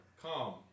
Calm